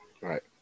Right